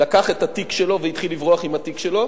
לקח את התיק שלו והתחיל לברוח עם התיק שלו?